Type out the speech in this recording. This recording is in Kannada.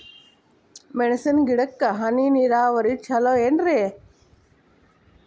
ಮೆಣಸಿನ ಗಿಡಕ್ಕ ಹನಿ ನೇರಾವರಿ ಛಲೋ ಏನ್ರಿ?